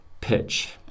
pitch